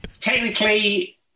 Technically